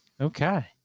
okay